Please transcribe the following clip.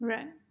Right